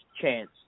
chance